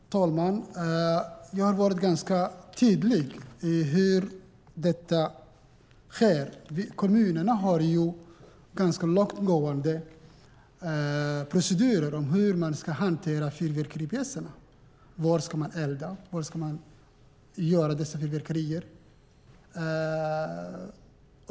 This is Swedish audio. Herr talman! Jag har varit ganska tydlig i hur detta sker: Kommunerna har ganska långtgående procedurer för hur man ska hantera fyrverkeripjäser, var man ska elda och var man ska skjuta fyrverkerier.